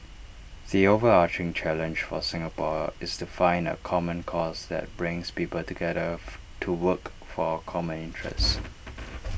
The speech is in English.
the overarching challenge for Singapore is to find A common cause that brings people together to work for common interests